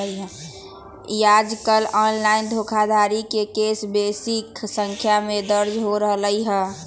याजकाल ऑनलाइन धोखाधड़ी के केस बेशी संख्या में दर्ज हो रहल हइ